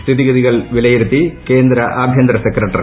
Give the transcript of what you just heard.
സ്ഥിതിഗതികൾ വിലയിരുത്തി കേന്ദ്ര ആഭ്യന്തര സെക്രട്ടറി